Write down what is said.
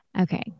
Okay